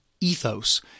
ethos